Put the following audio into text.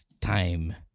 time